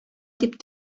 дип